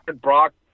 Brock